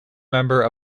member